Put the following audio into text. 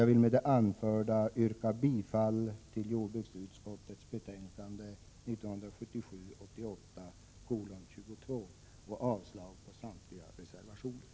Jag vill med det anförda yrka bifall till jordbruksutskottets hemställan i betänkande 1987/88:22 och avslag på samtliga reservationer.